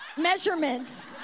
measurements